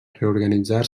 reorganitzar